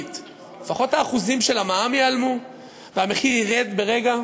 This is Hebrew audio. אוטומטית לפחות האחוזים של המע"מ ייעלמו והמחיר ירד ברגע,